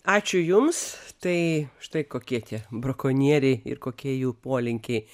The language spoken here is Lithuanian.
ačiū jums tai štai kokie tie brakonieriai ir kokie jų polinkiai